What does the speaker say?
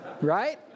Right